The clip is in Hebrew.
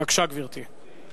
בבקשה, גברתי.